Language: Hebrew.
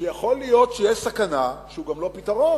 שיכול להיות שיש סכנה שהוא גם לא פתרון.